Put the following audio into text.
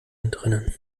entrinnen